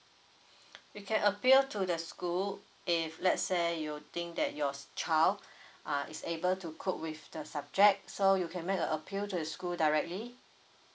we can appeal to the school if let's say you think that yours child ah is able to cope with the subject so you can make a appeal to school directly